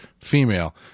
female